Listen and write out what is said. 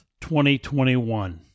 2021